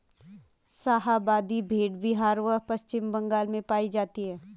शाहाबादी भेड़ बिहार व पश्चिम बंगाल में पाई जाती हैं